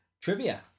trivia